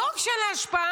לא רק שאין לה השפעה,